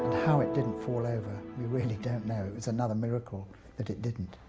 how it didn't fall over, we really don't know. it was another miracle that it didn't.